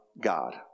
God